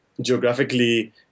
geographically